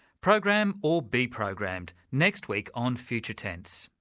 program or be programmed next week on future tense.